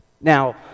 Now